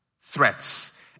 threats